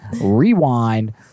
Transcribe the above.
Rewind